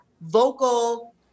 vocal